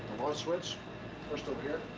switch first over here.